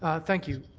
ah thank you.